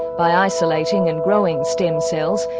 by isolating and growing stem cells,